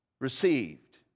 received